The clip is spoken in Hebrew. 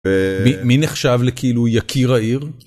מי נחשב לכאילו יקיר העיר.